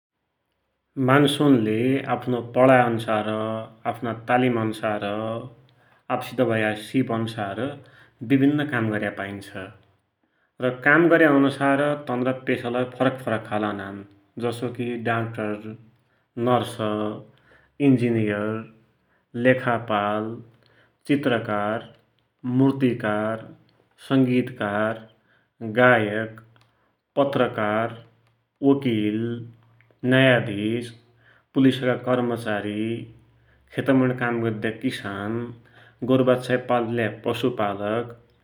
मान्सुनले आफ्नो पडाई अन्सार, आफ्ना तालिम, अन्सार आफसित भया सिप अन्सार विभिन्न काम गर्या पाइन्छ, र काम गर्या अन्सार तनरा पेशाले फरक फरक खालका हुनान, जसो की डाक्टर, नर्स, इन्जिनियर, लेखापाल, चित्रकार, मूर्तिकार, संगीतकार, गायक, पत्रकार, वकिल, न्यायाधिस, पुलिसका कर्मचारी, खेतमुणी काम गद्द्या किसान, गोर वाच्छा पाल्या पशुपालक।